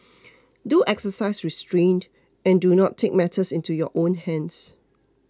do exercise restraint and do not take matters into your own hands